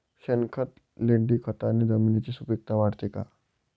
शेणखत, लेंडीखताने जमिनीची सुपिकता वाढते का?